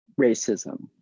racism